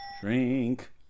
Drink